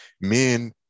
Men